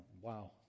wow